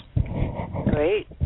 Great